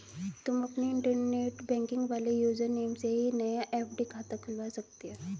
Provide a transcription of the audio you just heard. तुम अपने internet banking वाले यूज़र नेम से ही नया एफ.डी खाता खुलवा सकते हो